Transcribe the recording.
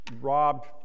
robbed